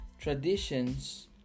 traditions